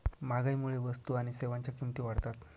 महागाईमुळे वस्तू आणि सेवांच्या किमती वाढतात